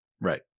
Right